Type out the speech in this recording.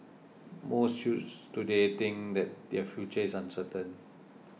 most youths today think that their future is uncertain